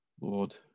Lord